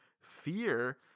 fear